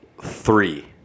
three